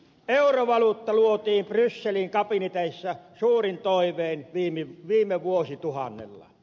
eurovaluutta luotiin brysselin kabineteissa suurin toivein viime vuosituhannella